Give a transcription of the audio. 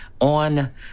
On